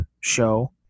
show